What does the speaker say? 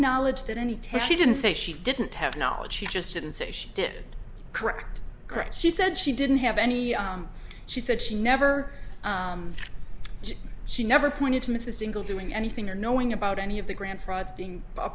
knowledge that any tears she didn't say she didn't have knowledge she just didn't say she did correct correct she said she didn't have any she said she never she never pointed to miss a single doing anything or knowing about any of the grand frauds being a